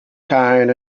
kind